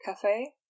cafe